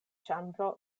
ĉambro